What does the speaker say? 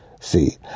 See